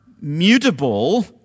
mutable